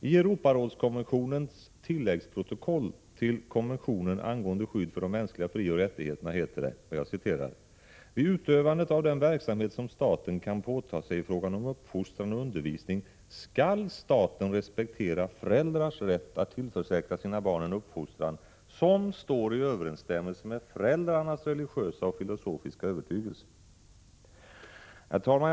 I Europarådskonventionens tilläggsprotokoll till Konventionen angående skydd för de mänskliga frioch rättigheterna heter det: ”Vid utövandet av den verksamhet som staten kan påtaga sig i fråga om uppfostran och undervisning skall staten respektera föräldrars rätt att tillförsäkra sina barn en uppfostran som står i överensstämmelse med föräldrarnas religiösa och filosofiska övertygelse.” Herr talman!